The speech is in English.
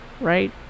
Right